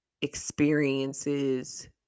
experiences